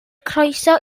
croeso